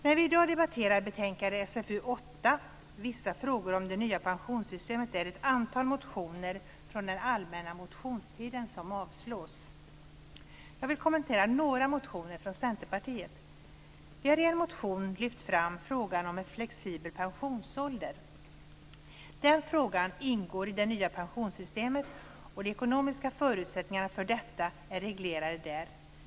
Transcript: När vi i dag debatterar betänkandet SfU8, Vissa frågor om det nya pensionssystemet, är det ett antal motioner från den allmänna motionstiden som avstyrks. Jag vill kommentera några motioner från Vi har i en motion lyft fram frågan om flexibel pensionsålder. Den frågan ingår i det nya pensionssystemet, och de ekonomiska förutsättningarna för detta är reglerade där.